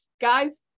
Guys